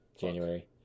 January